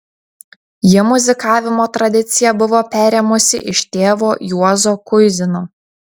ji muzikavimo tradiciją buvo perėmusi iš tėvo juozo kuizino